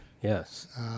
Yes